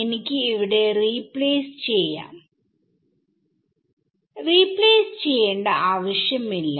എനിക്ക് ഇവിടെ റീപ്ലേസ് ചെയ്യാം റീപ്ലേസ് ചെയ്യേണ്ട ആവശ്യം ഇല്ല